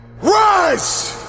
rise